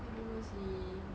I don't know seh